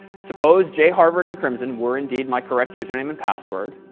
suppose jharvard and crimson were indeed my correct username and password,